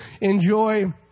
enjoy